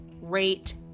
rate